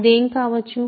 అది ఏమి కావచ్చు